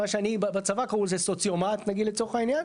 מה שבצבא קראו לזה 'סוציומט' נגיד לצורך העניין.